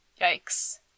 Yikes